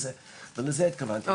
ולזה התכוונתי,